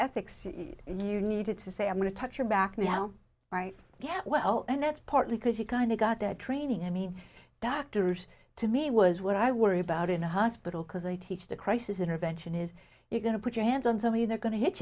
ethics you needed to say i'm going to touch your back now right get well and that's partly because you kind of got that training i mean doctors to me was what i worry about in a hospital because i teach the crisis intervention is it going to put your hands on somebody they're going to hit